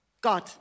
God